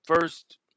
first